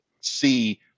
see